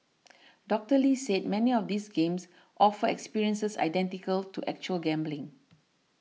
Doctor Lee said many of these games offer experiences identical to actual gambling